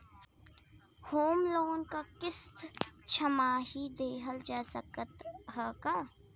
Home loan क किस्त छमाही देहल जा सकत ह का?